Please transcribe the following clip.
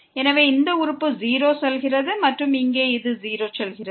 எனவே இந்த உறுப்பு 0க்கு செல்கிறது மற்றும் இங்கே இது 0க்கு செல்கிறது